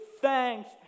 thanks